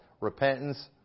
repentance